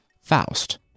Faust